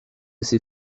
ses